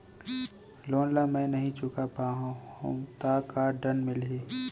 Loan ला मैं नही चुका पाहव त का दण्ड मिलही?